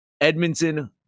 Edmonton